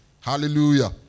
Hallelujah